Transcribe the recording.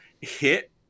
hit